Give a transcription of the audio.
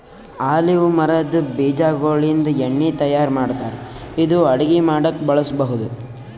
olive ಮರದ್ ಬೀಜಾಗೋಳಿಂದ ಎಣ್ಣಿ ತಯಾರ್ ಮಾಡ್ತಾರ್ ಇದು ಅಡಗಿ ಮಾಡಕ್ಕ್ ಬಳಸ್ಬಹುದ್